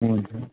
हुन्छ